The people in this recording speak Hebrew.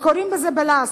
כך קוראים לזה בלעז.